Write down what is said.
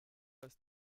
ist